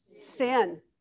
Sin